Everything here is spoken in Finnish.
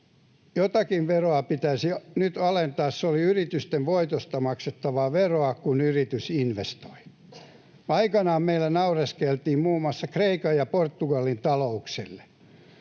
jotakin veroa pitäisi nyt alentaa, se olisi yritysten voitoista maksettavaa veroa, kun yritys investoi. Aikanaan meillä naureskeltiin muun muassa Kreikan ja Portugalin talouksille.